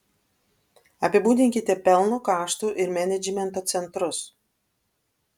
apibūdinkite pelno kaštų ir menedžmento centrus